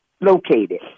located